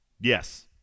Yes